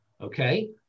okay